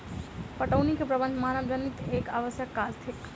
पटौनीक प्रबंध मानवजनीत एक आवश्यक काज थिक